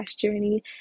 journey